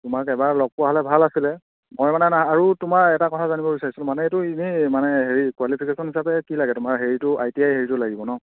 তোমাক এবাৰ লগ পোৱা হ'লে ভাল আছিলে মই মানে আৰু তোমাৰ এটা কথা জানিব বিচাৰিছিলোঁ মানে এইটো ইনেই মানে হেৰি কোৱালিফিকেশ্যন হিচাপে কি লাগে তোমাৰ হেৰিটো আই টি আই হেৰিটো লাগিব ন